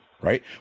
right